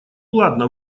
ладно